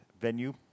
venue